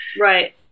Right